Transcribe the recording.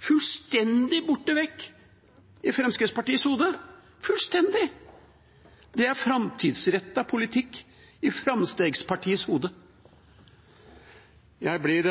fullstendig borte vekk i Fremskrittspartiets hode, fullstendig. Det er framtidsrettet politikk i Framstegspartiets hode. Jeg blir